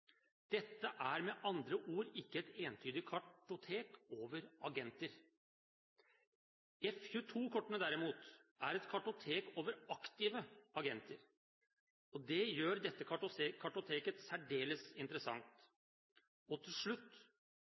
Dette er med andre ord ikke et entydig kartotek over agenter. F 22-kortene derimot er et kartotek over aktive agenter. Det gjør dette kartoteket særdeles interessant. Til slutt